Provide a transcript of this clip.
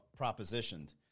propositioned